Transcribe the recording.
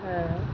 ହଁ